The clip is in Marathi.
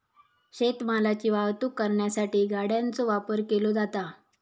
शेत मालाची वाहतूक करण्यासाठी गाड्यांचो वापर केलो जाता